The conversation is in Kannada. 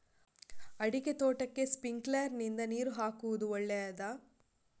ಅಡಿಕೆ ತೋಟಕ್ಕೆ ಸ್ಪ್ರಿಂಕ್ಲರ್ ನಿಂದ ನೀರು ಹಾಕುವುದು ಒಳ್ಳೆಯದ?